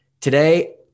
Today